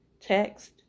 Text